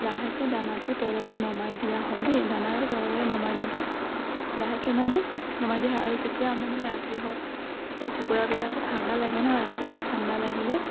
লাহেকে দানাটো তললে নমাই দিয়া হয় দেই দানাটো তললে নমাই দিওঁতে লাহেকে মানে নমাই দিয়া হয় আৰু যেতিয়া আমাৰ মানে ৰাতি হয় তেতিয়া কুকুৰাবিলাকো ঠাণ্ডা লাগে ন ৰাতি হ'লে ঠাণ্ডা লাগিলে